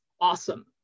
awesome